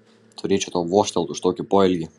turėčiau tau vožtelt už tokį poelgį